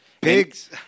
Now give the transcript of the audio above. Pigs